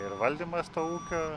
ir valdymas to ūkio